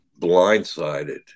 blindsided